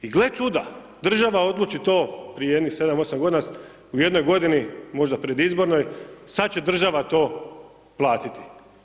I gle čuda, država odluči to, prije jedno 7, 8 godina, u jednoj godini, možda predizbornoj, sad će država to platiti.